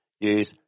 use